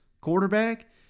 quarterback